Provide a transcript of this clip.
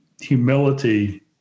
humility